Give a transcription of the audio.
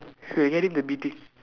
should have get him the beating